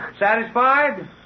Satisfied